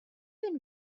been